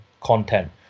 content